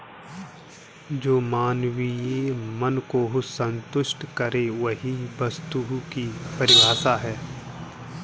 जो मानवीय मन को सन्तुष्ट करे वही वस्तु की परिभाषा है